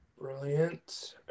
Brilliant